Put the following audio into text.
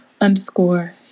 underscore